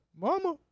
mama